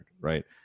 right